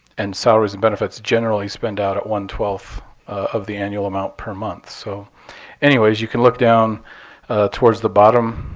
and salaries and benefits generally spend out at one twelve of the annual amount per month. so anyways, you can look down towards the bottom.